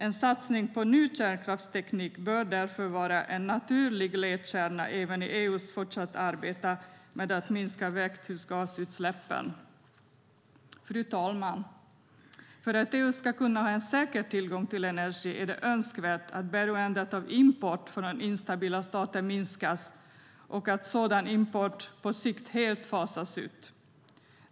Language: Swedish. En satsning på ny kärnkraftsteknik bör därför vara en naturlig ledstjärna även i EU:s fortsatta arbete med att minska växthusgasutsläppen. Fru talman! För att EU ska kunna ha en säker tillgång till energi är det önskvärt att beroendet av import från instabila stater minskas och att sådan import på sikt helt fasas ut.